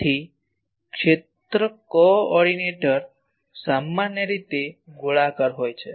તેથી ક્ષેત્ર coordinator સામાન્ય રીતે ગોળાકાર હોય છે